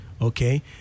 Okay